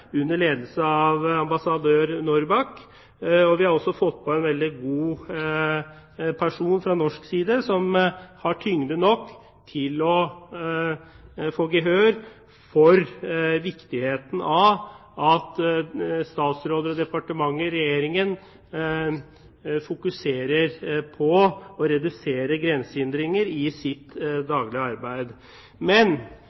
under ledelse av ambassadør Norrback. Vi har også fått med en veldig godt egnet person fra norsk side som har tyngde nok til å få gehør for viktigheten av at statsråder, departementer og Regjeringen fokuserer på å redusere grensehindringer i sitt